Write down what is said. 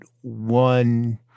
one